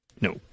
No